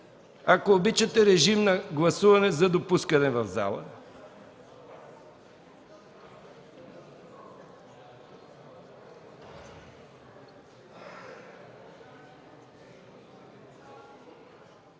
Ако обичате, режим на гласуване за допускане в залата.